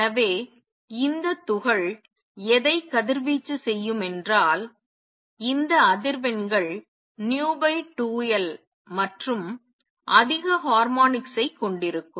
எனவே இந்த துகள் எதை கதிர்வீச்சு செய்யும் என்றால் இந்த அதிர்வெண்கள் v2L மற்றும் அதிக ஹார்மோனிக்ஸ் ஐ கொண்டிருக்கும்